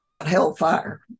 hellfire